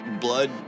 blood